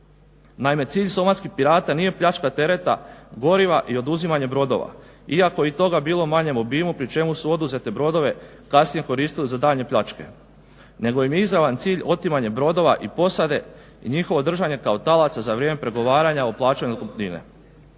Naime, cilj somalskih pirata nije pljačka tereta, goriva i oduzimanje brodova, iako je i toga bilo u manjem obimu pri čemu su oduzete brodove kasnije koristili za daljnje pljačke, nego im je izravan cilj otimanje brodova i posade i njihovo držanje kao talaca za vrijeme pregovaranja o plaćanju otkupnine.